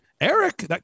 Eric